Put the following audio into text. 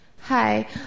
Hi